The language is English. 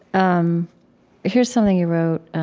um here's something you wrote